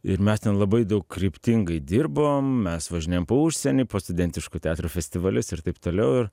ir mes ten labai daug kryptingai dirbom mes važinėjom po užsienį po studentiškų teatrų festivalius ir taip toliau ir